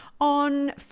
on